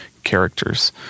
characters